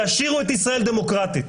תשאירו את ישראל דמוקרטית.